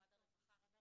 משרד הרווחה.